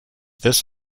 this